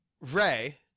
Ray